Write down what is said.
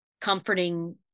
comforting